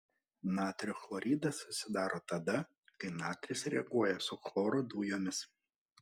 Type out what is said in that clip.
natrio chloridas susidaro tada kai natris reaguoja su chloro dujomis